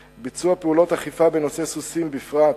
4. ביצוע פעולות אכיפה בנושא סוסים בפרט,